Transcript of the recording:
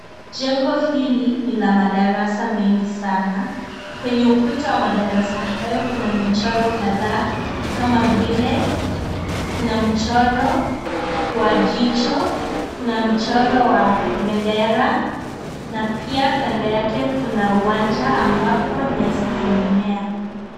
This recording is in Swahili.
Jengo hili ni la madarasa mengi sana, kwenye ukuta wa madarasa hayo kuna michoro kadhaa kama vile, kuna mchoro, wa jicho, kuna mchoro wa bendera, na pia kando yake kuna uwanja ambapo nyasi zimemea.